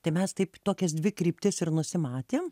tai mes taip tokias dvi kryptis ir nusimatėm